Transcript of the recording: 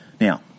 Now